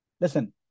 Listen